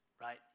right